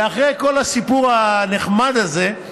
ואחרי כל הסיפור הנחמד הזה,